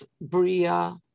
Bria